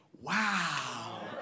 wow